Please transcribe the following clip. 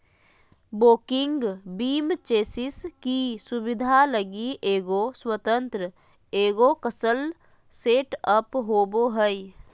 walking beam chassis की सुबिधा लगी एगो स्वतन्त्र एगोक्स्ल सेटअप होबो हइ